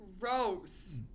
Gross